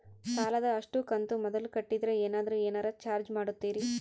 ಸಾಲದ ಅಷ್ಟು ಕಂತು ಮೊದಲ ಕಟ್ಟಿದ್ರ ಏನಾದರೂ ಏನರ ಚಾರ್ಜ್ ಮಾಡುತ್ತೇರಿ?